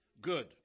good